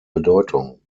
bedeutung